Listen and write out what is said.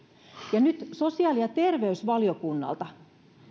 ja nyt sosiaali ja terveysvaliokunnalta